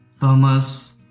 Thomas